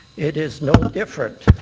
it is no different